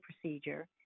procedure